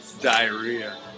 diarrhea